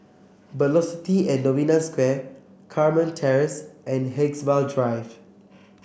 Velocity and Novena Square Carmen Terrace and Haigsville Drive